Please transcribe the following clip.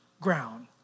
ground